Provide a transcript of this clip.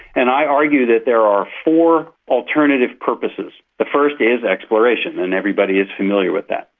and i argue that there are four alternative purposes. the first is exploration and everybody is familiar with that.